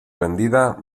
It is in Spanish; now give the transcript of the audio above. vendida